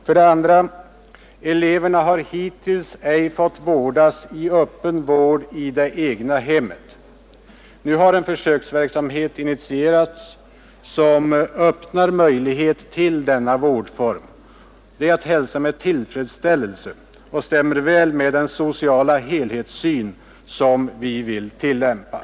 För det andra har eleverna hittills inte fått vårdas i öppen vård i det egna hemmet. Nu har en försöksverksamhet initierats som öppnar vägen för denna vårdform. Det är att hälsa med tillfredsställelse och stämmer väl med den sociala helhetssyn som vi vill tillämpa.